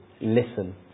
Listen